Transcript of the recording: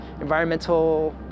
environmental